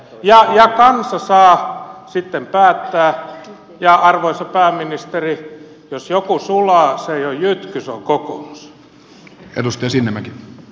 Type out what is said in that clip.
ja kansa saa sitten päättää ja arvoisa pääministeri jos joku sulaa se ei ole jytky se on kokoomus